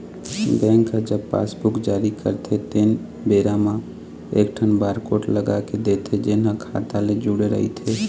bank ह जब passbook जारी करथे तेन बेरा म एकठन बारकोड लगा के देथे जेन ह खाता ले जुड़े रहिथे